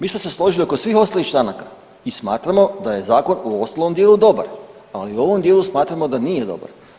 Mi smo se složili oko svih ostalih članaka i smatramo da je zakon u ostalom dijelu dobar, ali u ovom dijelu smatramo da nije dobar.